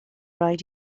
rhaid